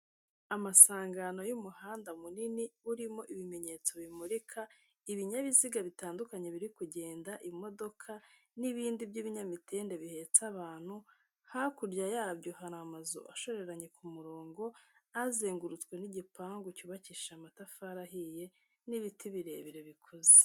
Amasangano y'umuhanda munini urimo ibimenyetso bimurika, ibinyabiziga bitandukanye biri kugenda, imodoka n'ibindi by'ibinyamitende bihetse abantu, hakurya yabyo hari amazu ashoreranye ku murongo, azengurutswe n'igipangu cyubakishije amatafari ahiye n'ibiti birebire bikuze.